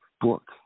book